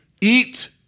Eat